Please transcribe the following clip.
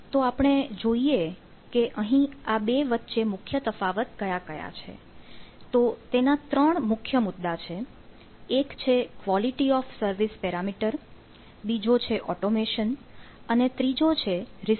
તો આપણે જોઈએ કે અહીં આ બે વચ્ચે મુખ્ય તફાવત કયા કયા છે તો તેના ત્રણ મુખ્ય મુદ્દા છે એક છે ક્વોલિટી ઓફ સર્વિસ પેરામીટર